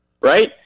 right